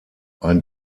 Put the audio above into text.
ein